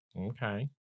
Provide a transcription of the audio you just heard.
Okay